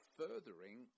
furthering